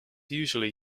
usually